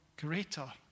greater